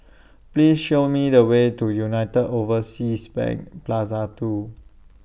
Please Show Me The Way to United Overseas Bank Plaza two